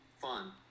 fun